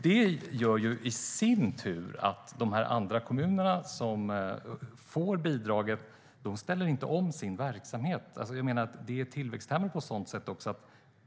Det i sin tur gör att de kommuner som får bidrag inte ställer om sin verksamhet. På så sätt är det tillväxthämmande.